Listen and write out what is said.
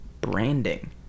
Branding